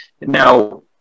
now